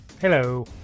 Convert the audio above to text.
Hello